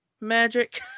magic